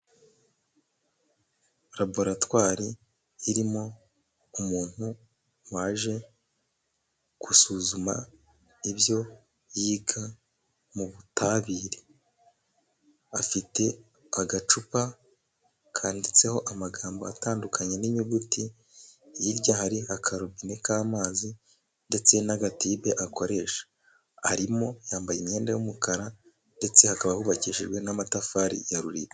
Laboratwari irimo umuntu waje gusuzuma ibyo yiga mu butabire, afite agacupa kanditseho amagambo atandukanye n'inyuguti, hirya hari akarubine k'amazi ndetse n'agatibe akoresha, arimo yambaye imyenda y'umukara, ndetse hakaba hubakishijwe n'amatafari ya ruriba.